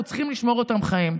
ואנחנו צריכים לשמור אותם חיים.